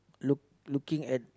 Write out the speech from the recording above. look looking at